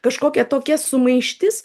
kažkokia tokia sumaištis